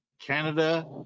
Canada